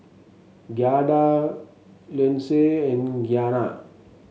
Giada Leonce and Gianna